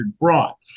brought